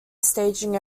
staging